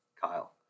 Kyle